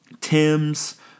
Tim's